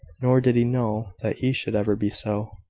nor did he know that he should ever be so.